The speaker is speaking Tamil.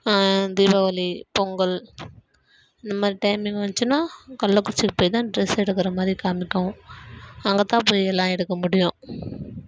தீபாவளி பொங்கல் இந்த மாதிரி டைமிங் வந்துச்சின்னா கள்ளக்குறிச்சிக்கு போய் தான் ட்ரெஸ் எடுக்கிற மாதிரி கிளம்பிட்டோம் அங்கேதான் போய் எல்லாம் எடுக்க முடியும்